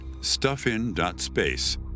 stuffin.space